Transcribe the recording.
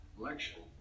Election